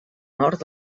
nord